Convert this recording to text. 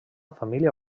família